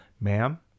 ma'am